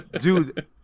dude